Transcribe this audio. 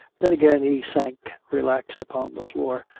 then again he sank relaxed upon the floor,